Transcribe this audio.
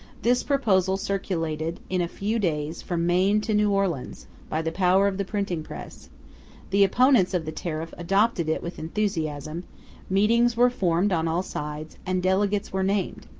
this proposal circulated in a few days from maine to new orleans by the power of the printing-press the opponents of the tariff adopted it with enthusiasm meetings were formed on all sides, and delegates were named.